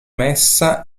messa